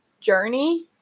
journey